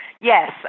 Yes